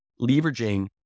leveraging